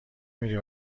میری